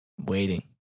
waiting